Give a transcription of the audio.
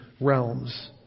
realms